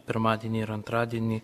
pirmadienį ir antradienį